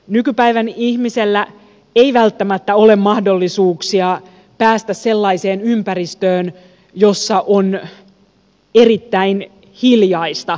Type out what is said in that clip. nykypäivän ihmisellä ei välttämättä ole mahdollisuuksia päästä sellaiseen ympäristöön jossa on erittäin hiljaista